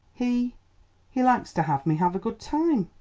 he he likes to have me have a good time.